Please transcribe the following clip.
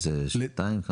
זה שנתיים?